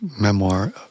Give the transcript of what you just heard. memoir